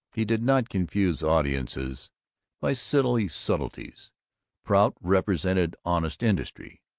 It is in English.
he did not confuse audiences by silly subtleties prout represented honest industry,